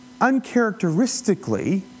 uncharacteristically